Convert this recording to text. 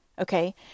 Okay